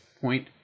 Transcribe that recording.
point